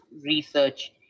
research